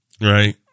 Right